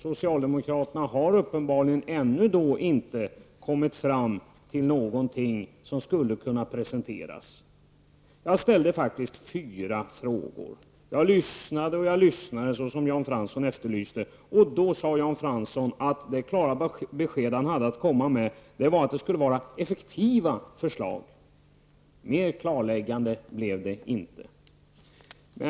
Socialdemokraterna har uppenbarligen ännu inte kommit fram till någonting som skulle kunna presenteras. Jag ställde fyra frågor. Jag lyssnade och lyssnade, som Jan Fransson efterlyste och de klara besked han hade att komma med var att det skulle vara effektiva förslag. Mer klarläggande blev det inte.